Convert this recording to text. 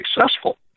successful